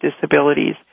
disabilities